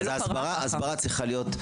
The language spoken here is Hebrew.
ההסברה צריכה להיות.